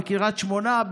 בקריית שמונה,